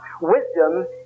Wisdom